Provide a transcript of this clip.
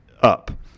up